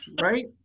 right